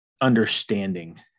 understanding